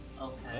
Okay